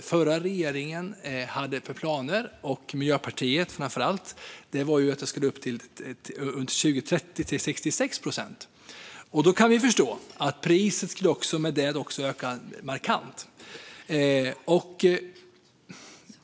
Förra regeringen - framför allt Miljöpartiet - planerade att reduktionsplikten 2030 skulle upp till 66 procent. Med det skulle priset öka markant.